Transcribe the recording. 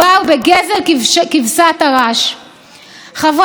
הצטרפה גם היא לניסיון ללמד אותי נימוסין והליכות,